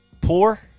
poor